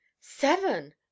Seven